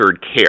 care